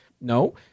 No